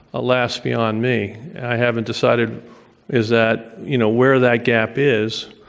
ah lasts beyond me. i haven't decided is that, you know, where that gap is,